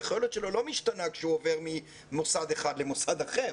היכולת שלו לא משתנה כשהוא עובר ממוסד למוסד אחר,